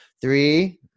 Three